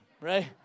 right